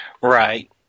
Right